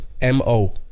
M-O